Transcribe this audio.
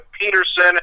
Peterson